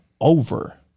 over